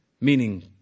meaning